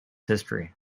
history